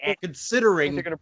considering